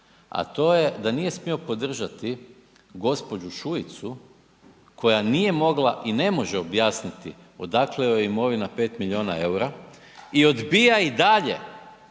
a to je da nije smio podržati gđu. Šuicu koja nije mogla i ne može objasniti odakle joj imovina 5 milijuna EUR-a i odbija i dalje